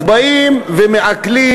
אז באים ומעקלים